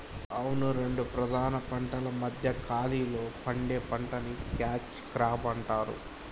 అవును రెండు ప్రధాన పంటల మధ్య ఖాళీలో పండే పంటని క్యాచ్ క్రాప్ అంటారు